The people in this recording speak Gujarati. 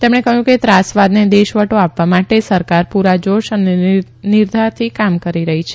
તેમણે કહ્યું કે ત્રાસવાદને દેશવટો આપવા માટે સરકાર પૂરા જોશ અને નિર્ધારથી કામ કરી રહી છે